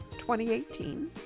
2018